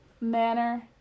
manner